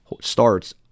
starts